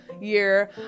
year